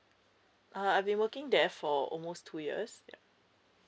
uh I've been working there for almost two years